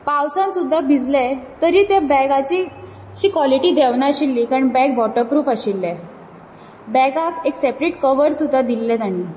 पावसांत सुद्दां भिजलें तरी ते बॅगाची अशी कोलिटी देवनाशिल्ली कारण बॅग वॉटरप्रूफ आशिल्लें बॅगाक एक सेपरेट कवर सुद्दां दिल्लें ताणीं